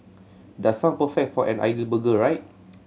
does sound perfect for an ideal burger right